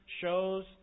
shows